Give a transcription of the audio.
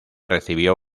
recibió